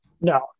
No